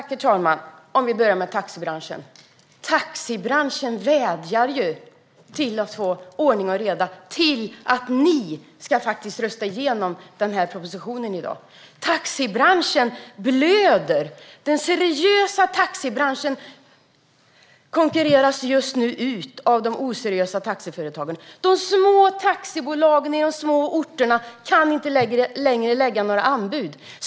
Herr talman! Om vi börjar med taxibranschen vädjar den om ordning och reda och om att ni ska rösta igenom propositionen i dag, Jan Ericson. Taxibranschen blöder. Den seriösa taxibranschen konkurreras just nu ut av de oseriösa taxiföretagen. De små taxibolagen i de små orterna kan inte längre lägga några anbud.